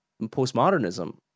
postmodernism